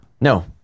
No